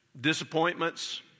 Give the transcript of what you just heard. disappointments